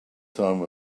time